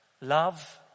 Love